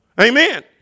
Amen